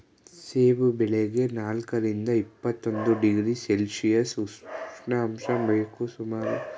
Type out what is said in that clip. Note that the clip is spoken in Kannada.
ಸೇಬು ಬೆಳೆಗೆ ನಾಲ್ಕರಿಂದ ಇಪ್ಪತ್ತೊಂದು ಡಿಗ್ರಿ ಸೆಲ್ಶಿಯಸ್ ಉಷ್ಣಾಂಶ ಬೇಕು ಸುಮಾರು ನೂರು ಸೆಂಟಿ ಮೀಟರ್ ಮಳೆ ಬೇಕು